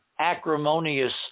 acrimonious